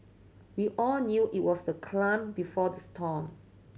we all knew it was the before the storm